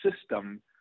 system